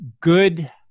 Good